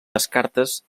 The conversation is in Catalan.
descartes